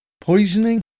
Poisoning